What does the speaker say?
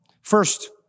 First